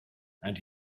and